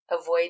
avoid